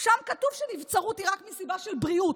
שם כתוב שנבצרות היא רק מסיבה של בריאות,